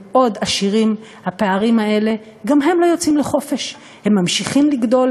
ונוסף על זה עכשיו כיבוש